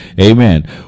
Amen